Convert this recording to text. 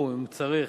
אם צריך,